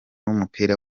w’umupira